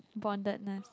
boundedness